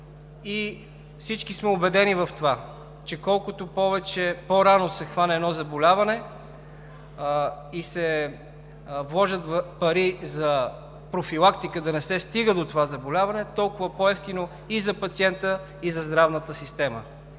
Всички сме убедени в това, че колкото по-рано се хване едно заболяване и се вложат пари за профилактика да не се стига до това заболяване, толкова по-евтино е и за пациента, и за здравната система.